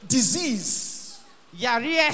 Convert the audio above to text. disease